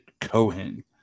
Cohen